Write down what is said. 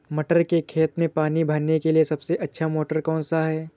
मटर के खेत में पानी भरने के लिए सबसे अच्छा मोटर कौन सा है?